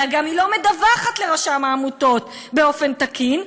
אלא היא גם לא מדווחת לרשם העמותות באופן תקין,